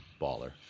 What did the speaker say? baller